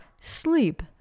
Sleep